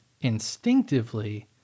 instinctively